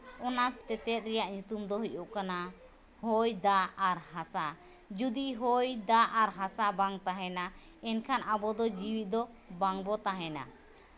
ᱚᱱᱟ ᱛᱮᱛᱮᱫ ᱨᱮᱭᱟᱜ ᱧᱩᱛᱩᱢ ᱫᱚ ᱦᱩᱭᱩᱜ ᱠᱟᱱᱟ ᱦᱚᱭ ᱫᱟᱜ ᱟᱨ ᱦᱟᱥᱟ ᱡᱩᱫᱤ ᱦᱚᱭ ᱫᱟᱜ ᱟᱨ ᱦᱟᱥᱟ ᱵᱟᱝ ᱛᱟᱦᱮᱱᱟ ᱮᱱᱠᱷᱟᱱ ᱟᱵᱚ ᱫᱚ ᱡᱤᱣᱤ ᱫᱚ ᱵᱟᱝ ᱵᱚᱱ ᱛᱟᱦᱮᱱᱟ